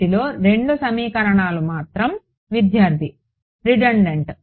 వీటిలో రెండు సమీకరణాలు మాత్రం విద్యార్థి రిడన్డెంట్